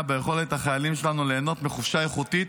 ביכולת של החיילים שלנו ליהנות מחופשה איכותית,